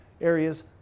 Areas